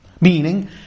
Meaning